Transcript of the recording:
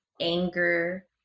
anger